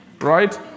right